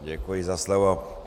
Děkuji za slovo.